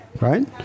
Right